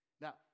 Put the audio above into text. Now